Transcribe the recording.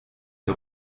der